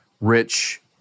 rich